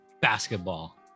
basketball